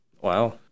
Wow